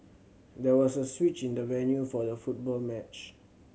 there was a switch in the venue for the football match